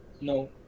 no